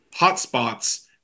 hotspots